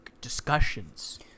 discussions